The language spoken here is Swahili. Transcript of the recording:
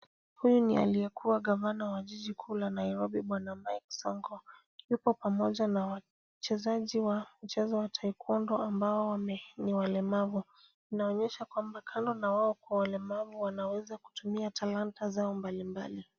Huyu ni aliyekuwa gavana wa jiji kuu la Nairobi Bwana Mike Sonko. Yupo pamoja na wachezaji wa mchezo wa taekwondo ambao ni walemavu. Inaonyesha kwamba kando na wao kuwa walemavu wanaweza kutumia talanta zao mbalimbali.